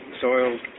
soil